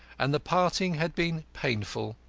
and the parting had been painful,